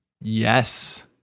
Yes